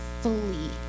fully